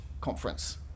Conference